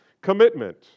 commitment